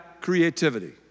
creativity